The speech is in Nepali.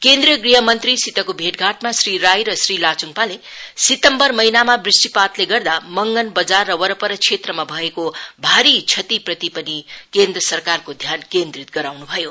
केन्द्रीय गृह मन्त्रीसितको भेटघाटमा श्री राई र श्री लाचुङपाले सितम्बर महिनामा दृष्टिपातले गर्दा मंगन बजार र वरपर क्षेत्रमा भएको भारी श्रतिप्रति पनि केन्द्र सरकारको ध्यान केन्द्रित गराउन् भयो